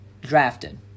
drafted